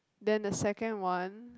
then the second one